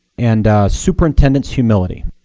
and superintendent's humility.